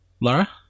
Laura